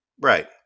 Right